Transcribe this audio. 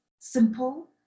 simple